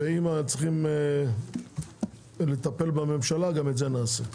ואם צריכים לטפל בממשלה, גם את זה נעשה.